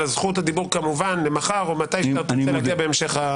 זכות דיבור כמובן למחר או מתי שתרצה להגיע בהמשך.